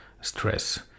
stress